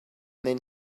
then